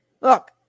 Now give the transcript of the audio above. Look